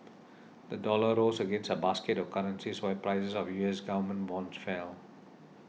the dollar rose against a basket of currencies while prices of U S government bonds fell